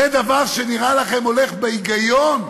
זה דבר שנראה לכם הולך בהיגיון?